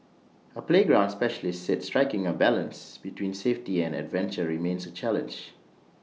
A playground specialist said striking A balance between safety and adventure remains A challenge